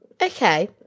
okay